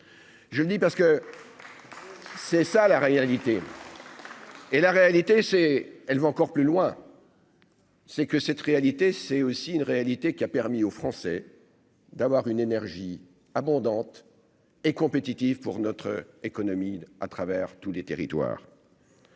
Je le dis parce que. C'est ça la réalité. Et la réalité c'est elle va encore plus loin. C'est que cette réalité, c'est aussi une réalité qui a permis aux Français d'avoir une énergie abondante et compétitif pour notre économie, à travers tous les territoires.